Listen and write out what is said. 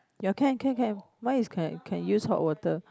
ya can can can my is can can use hot water